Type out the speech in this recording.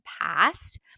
past